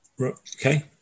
Okay